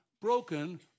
broken